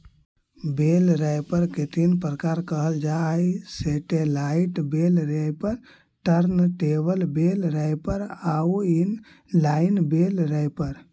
बेल wrapper के तीन प्रकार कहल जा हई satellite bale wrapper, turntable bale wrapper आउ इन लाइन बेल रैपर